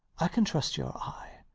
i can trust your eye.